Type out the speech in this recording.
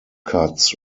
cuts